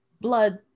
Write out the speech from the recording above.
blood